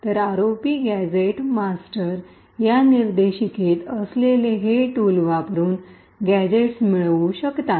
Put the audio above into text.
तर ROPgadget master या निर्देशिकेत असलेले हे टूल वापरून गॅझेट्स मिळू शकतात